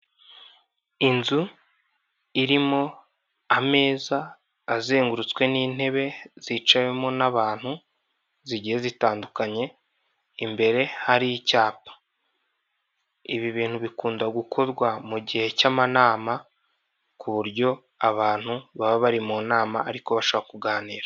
Inzu irimo ameza azengurutswe n'intebe zicawemo n'abantu, zigiye zitandukanye imbere hari icyapa. Ibi bintu bikunda gukorwa mu gihe cy'amanama, ku buryo abantu baba bari mu nama ariko bashaka kuganira.